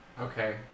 Okay